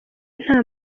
nta